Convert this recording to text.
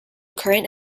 current